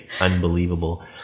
unbelievable